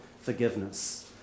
forgiveness